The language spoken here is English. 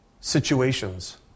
situations